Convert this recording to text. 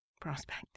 prospect